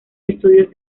estudios